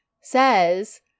says